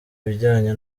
bijyanye